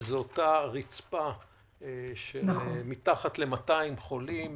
זאת אותה רצפה שמתחת ל-200 חולים.